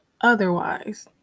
otherwise